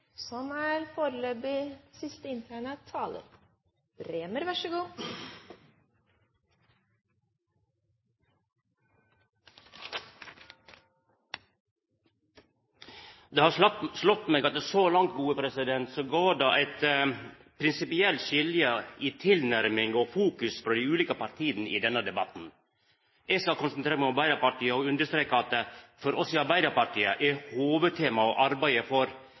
har slått meg at så langt går det eit prinsipielt skilje når det gjeld tilnærminga og fokuset frå dei ulike partia i denne debatten. Eg skal konsentrera meg om Arbeidarpartiet, og understrekar at for oss i Arbeidarpartiet er hovudtemaet å arbeida for arbeid til alle og tryggleik for